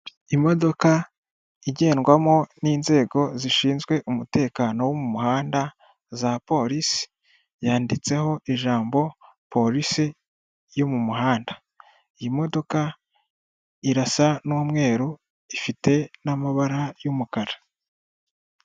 Imodoka igendwamo n'inzego zishinzwe umutekano wo mu muhanda za polisi, yanditseho ijambo polisi yo mu muhanda, iyi modoka irasa n'umweru, ifite n'amabara y'umukara.